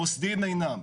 המוסדיים אינם,